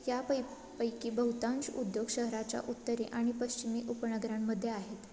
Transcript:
या पै पैकी बहुतांश उद्योग शहराच्या उत्तरी आणि पश्चिमी उपनगरांमध्ये आहेत